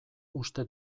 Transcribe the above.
uste